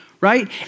right